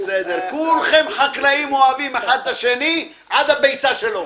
כולכם חקלאים אוהבים אחד את השני עד הביצה שלו.